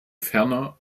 ferner